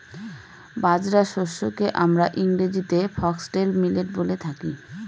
বাজরা শস্যকে আমরা ইংরেজিতে ফক্সটেল মিলেট বলে থাকি